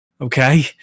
okay